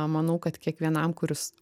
manau kad kiekvienam kuris